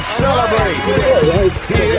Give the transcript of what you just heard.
celebrate